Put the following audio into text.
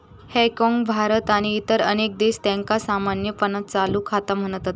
हाँगकाँग, भारत आणि इतर अनेक देश, त्यांका सामान्यपणान चालू खाता म्हणतत